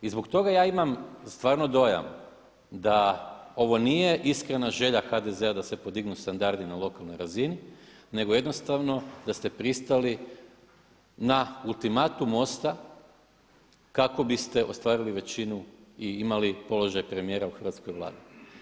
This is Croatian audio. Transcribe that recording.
I zbog toga ja imam stvarno dojam da ovo nije iskrena želja HDZ-a da se podignu standardi na lokalnoj razini, nego jednostavno da ste pristali na ultimatum MOST-a kako biste ostvarili većinu i imali položaj premijera u hrvatskoj Vladi.